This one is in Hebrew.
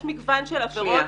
יש מגוון של עבירות,